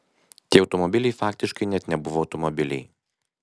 tie automobiliai faktiškai net nebuvo automobiliai